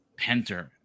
Penter